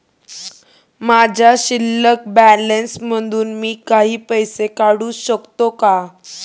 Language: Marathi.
माझ्या शिल्लक बॅलन्स मधून मी काही पैसे काढू शकतो का?